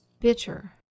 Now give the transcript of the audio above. bitter